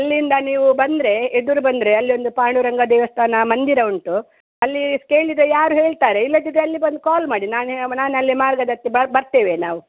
ಅಲ್ಲಿಂದ ನೀವು ಬಂದರೆ ಎದುರು ಬಂದರೆ ಅಲ್ಲಿ ಒಂದು ಪಾಂಡುರಂಗ ದೇವಸ್ಥಾನ ಮಂದಿರ ಉಂಟು ಅಲ್ಲೀ ಕೇಳಿದರೆ ಯಾರು ಹೇಳ್ತಾರೆ ಇಲ್ಲದಿದ್ರೆ ಅಲ್ಲಿ ಬಂದು ಕಾಲ್ ಮಾಡಿ ನಾನೇ ಮಾ ನಾನಲ್ಲೆ ಮಾರ್ಗದತ್ತಿ ಬರ್ತೇವೆ ನಾವು